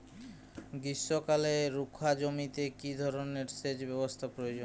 গ্রীষ্মকালে রুখা জমিতে কি ধরনের সেচ ব্যবস্থা প্রয়োজন?